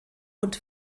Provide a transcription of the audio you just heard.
und